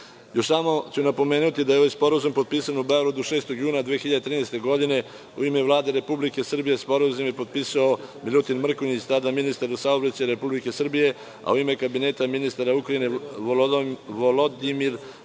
ću samo napomenuti da je ovaj sporazum potpisan u Beogradu 6. juna 2013. godine u ime Vlade Republike Srbije, Sporazum je potpisao Milutin Mrkonjić tada ministar u saobraćaju Republike Srbije, a u ime Kabineta ministara Ukrajine Vladimir Kozak,